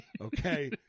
Okay